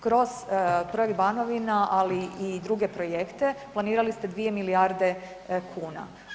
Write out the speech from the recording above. Kroz projekt Banovina ali i druge projekte planirali ste 2 milijarde kuna.